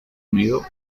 unido